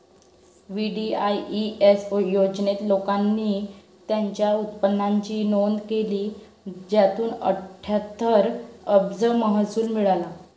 VDIS योजनेत, लोकांनी त्यांच्या उत्पन्नाची नोंद केली, ज्यातून अठ्ठ्याहत्तर अब्ज महसूल मिळाला